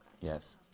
Yes